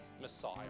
Messiah